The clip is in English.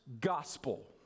gospel